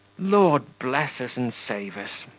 lord bless us and save us.